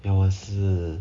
ya 我也是